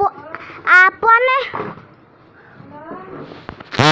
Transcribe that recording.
रोजगार करत बाटे